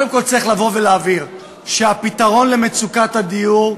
צריך להבהיר שהפתרון למצוקת הדיור,